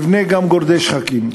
נבנה גם גורדי שחקים.